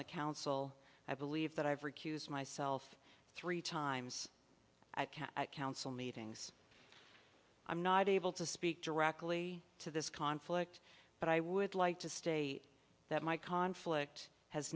the council i believe that i've recused myself three times i can council meetings i'm not able to speak directly to this conflict but i would like to state that my conflict has